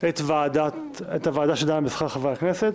את הוועדה שדנה בשכר חברי הכנסת,